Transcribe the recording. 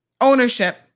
ownership